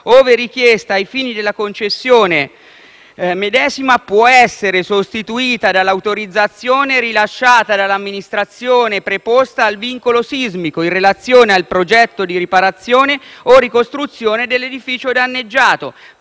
ove richiesta ai fini della concessione medesima, può essere sostituita dall’autorizzazione rilasciata dall’amministrazione preposta al vincolo sismico, in relazione al progetto di riparazione o ricostruzione dell’edificio danneggiato,